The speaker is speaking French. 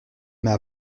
mais